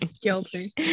guilty